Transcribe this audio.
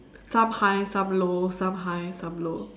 some high some low some high some low